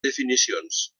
definicions